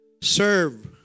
Serve